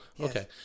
Okay